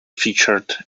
featured